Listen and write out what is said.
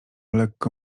lekko